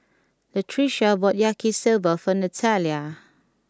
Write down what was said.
Latricia bought Yaki Soba for Nathalia